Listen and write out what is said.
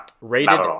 Rated